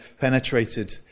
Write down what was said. penetrated